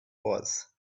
was